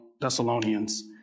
Thessalonians